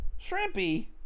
Shrimpy